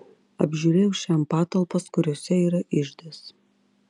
apžiūrėjau šiandien patalpas kuriose yra iždas